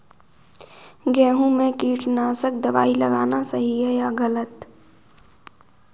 गेहूँ में कीटनाशक दबाई लगाना सही है या गलत?